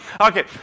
Okay